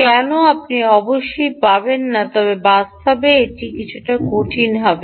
কেন আপনি অবশ্যই পাবেন না তবে বাস্তবে এটি কিছুটা কঠিন হবে